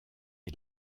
est